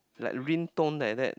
like ring tone like that